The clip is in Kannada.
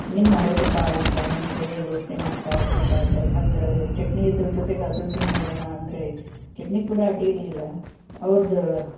ಏನು ಮಾಡೋದಪ್ಪ ಈಗ ಅಂತ ಹೇಳಿ ಯೋಚನೆ ಮಾಡ್ತಾ ಕೂತಾಗ ಮತ್ತೆ ಚಟ್ನಿ ಇದರ ಜೊತೆಗಾದರೂ ತಿಂದು ನೋಡೋಣ ಅಂದರೆ ಚಟ್ನಿ ಕೂಡ ಅಡ್ಡಿರ್ಲಿಲ್ಲ ಅವರದು